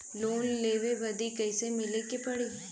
Loan लेवे बदी कैसे मिले के पड़ी?